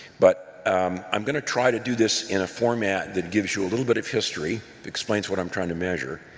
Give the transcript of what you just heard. but i'm going to try to do this in a format that gives you a little bit of history, explains what i'm trying to measure.